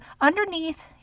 underneath